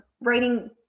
writing